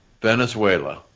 Venezuela